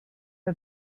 are